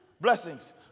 blessings